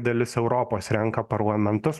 dalis europos renka parlamentus